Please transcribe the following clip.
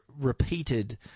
repeated